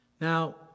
now